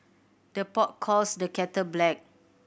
the pot calls the kettle black